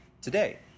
today